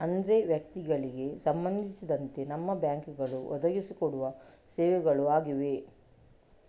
ಅಂದ್ರೆ ವ್ಯಕ್ತಿಗಳಿಗೆ ಸಂಬಂಧಿಸಿದಂತೆ ನಮ್ಮ ಬ್ಯಾಂಕುಗಳು ಒದಗಿಸಿ ಕೊಡುವ ಸೇವೆಗಳು ಆಗಿವೆ